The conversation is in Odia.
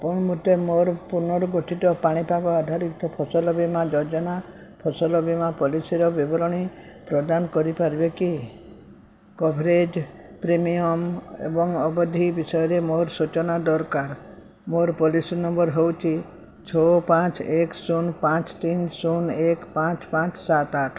ଆପଣ ମୋତେ ମୋର ପୁନର୍ଗଠିତ ପାଣିପାଗ ଆଧାରିତ ଫସଲ ବୀମା ଯୋଜନା ଫସଲ ବୀମା ପଲିସିର ବିବରଣୀ ପ୍ରଦାନ କରିପାରିବେ କି କଭରେଜ୍ ପ୍ରିମିୟମ୍ ଏବଂ ଅବଧି ବିଷୟରେ ମୋର ସୂଚନା ଦରକାର ମୋର ପଲିସି ନମ୍ବର ହେଉଛି ଛଅ ପାଞ୍ଚ ଏକ ଶୂନ ପାଞ୍ଚ ତିନି ଶୂନ ଏକ ପାଞ୍ଚ ପାଞ୍ଚ ସାତ ଆଠ